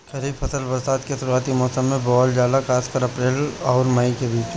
खरीफ फसल बरसात के शुरूआती मौसम में बोवल जाला खासकर अप्रैल आउर मई के बीच में